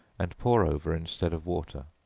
and pour over instead of water.